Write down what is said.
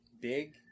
big